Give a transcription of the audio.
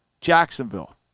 Jacksonville